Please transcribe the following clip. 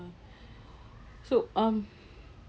so um